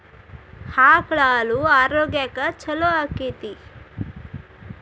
ಆಕಳ ಹಾಲು ಆರೋಗ್ಯಕ್ಕೆ ಛಲೋ ಆಕ್ಕೆತಿ?